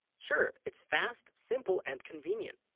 sure it's fast simple and convenient